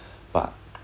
but